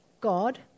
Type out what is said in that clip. God